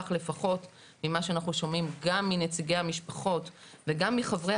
כך לפחות ממה שאנחנו שומעים גם מנציגי המשפחות וגם מחברי